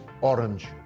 Orange